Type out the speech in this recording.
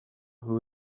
who